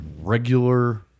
regular